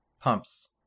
pumps